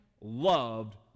loved